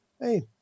Hey